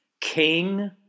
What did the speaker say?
King